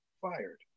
fired